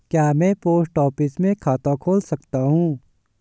क्या मैं post office में खाता खोल सकता हूँ?